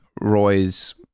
Roy's